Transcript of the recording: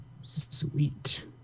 Sweet